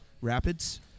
Rapids